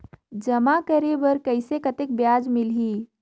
जमा करे बर कइसे कतेक ब्याज मिलही?